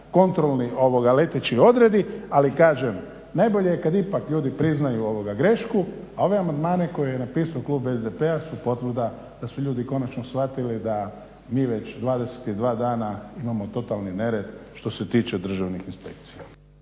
kontrolni leteći odredi ali kažem, najbolje je kad ipak ljudi priznaju grešku a ove amandmane koje je napisao Klub SDP-a su potvrda da su ljudi konačno shvatili da mi već 22 dana imamo totalni nered što se tiče državnih inspekcija.